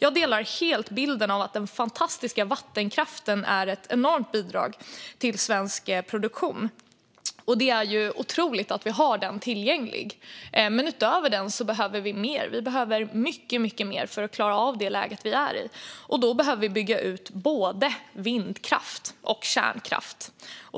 Jag delar helt bilden av att den fantastiska vattenkraften är ett enormt bidrag till svensk produktion, och det är otroligt att vi har den tillgänglig. Men utöver den behöver vi mycket mer för att klara av det läge som vi är i, och då behöver vi bygga ut både vindkraft och kärnkraft.